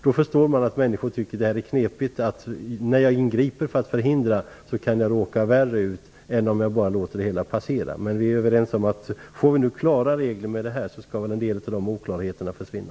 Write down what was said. Då förstår man att människor tycker att de är knepigt att de, när de ingriper för att förhindra brott, kan råka värre ut än om de hade låtit det hela passera. Vi är överens om att en del av oklarheterna kommer att försvinna om vi nu får klarare regler.